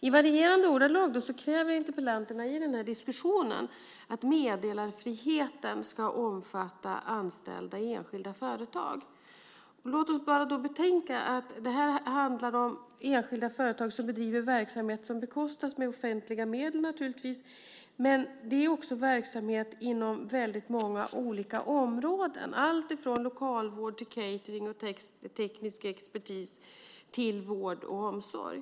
I varierande ordalag kräver interpellanterna i den här diskussionen att meddelarfriheten ska omfatta anställda i enskilda företag. Låt oss då bara betänka att det här handlar om enskilda företag som bedriver verksamhet som naturligtvis bekostas med offentliga medel. Men det är också verksamhet inom väldigt många olika områden, alltifrån lokalvård, catering och teknisk expertis till vård och omsorg.